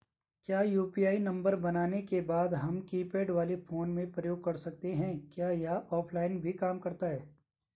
क्या UPI number बनाने के बाद हम कीपैड वाले फोन में प्रयोग कर सकते हैं क्या यह ऑफ़लाइन भी काम करता है?